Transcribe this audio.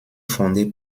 fondée